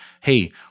hey